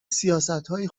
سیاستهای